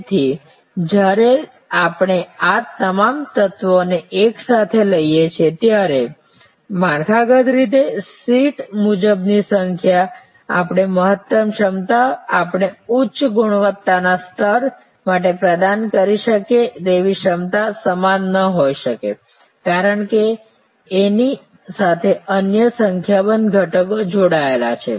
તેથી જ્યારે આપણે આ તમામ તત્વોને એકસાથે લઈએ છીએ ત્યારે માળખાગત રીતે સીટ મુજબની સંખ્યા અને મહત્તમ ક્ષમતા Refer Time 1204 આપણે ઉચ્ચ ગુણવત્તાના સ્તર માટે પ્રદાન કરી શકીએ તેવી ક્ષમતા સમાન ન હોઈ શકે કારણ કે એની સાથે અન્ય સંખ્યાબંધ ઘટકો જોડાયેલ છે